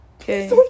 okay